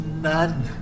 none